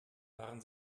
waren